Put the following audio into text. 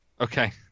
Okay